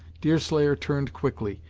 deerslayer turned quickly,